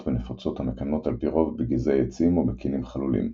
ונפוצות המקננות על-פי רוב בגזעי עצים או בקנים חלולים.